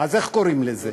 אז איך קוראים לזה?